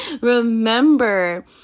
remember